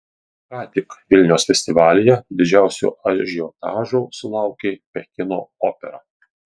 ką tik vilniaus festivalyje didžiausio ažiotažo sulaukė pekino opera